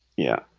yeah